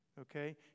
Okay